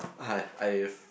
I I've